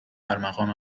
ارمغان